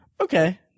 okay